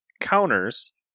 counters